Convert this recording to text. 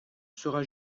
sera